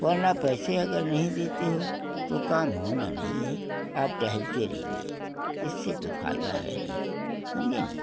वरना पैसे अगर नहीं देते हो तो काम होना नहीं है आप टहलते रहिए इससे कोई फ़ायदा है नहीं समझे नहीं